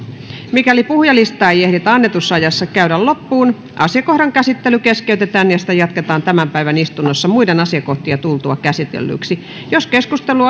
mikäli puhujalistaa ei ehditä annetussa ajassa käydä loppuun asiakohdan käsittely keskeytetään ja sitä jatketaan tämän päivän istunnossa muiden asiakohtien tultua käsitellyiksi jos keskustelu